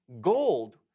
gold